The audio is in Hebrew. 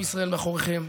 עם ישראל מאחוריכם,